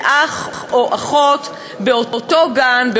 המצב של אח או אחות באותו גן,